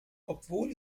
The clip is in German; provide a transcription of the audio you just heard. obwohl